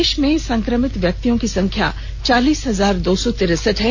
देश में संक्रमित व्यक्तियों की संख्या चालीस हजार दो सौ तिरसठ है